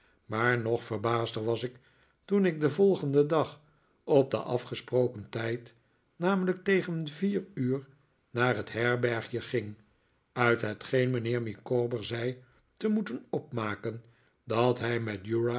maar nog verbaasder was ik toen ik den volgenden dag op den afgesproken tijd namelijk tegen vier uur naar het herbergje ging uit hetgeen mijnheer micawber zei te moeten opmaken dat hij met